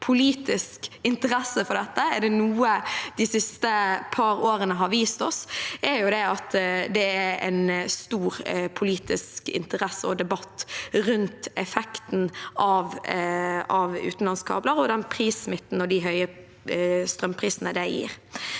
har vist oss, er det at det er en stor politisk interesse og debatt rundt effekten av utenlandskabler og den prissmitten og de høye strømprisene de gir.